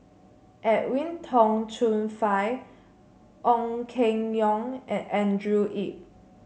Edwin Tong Chun Fai Ong Keng Yong and Andrew Yip